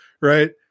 right